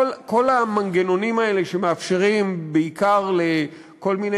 כל המנגנונים האלה שמאפשרים בעיקר לכל מיני